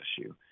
issue